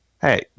hey